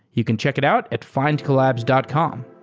you can check it out at findcollabs dot com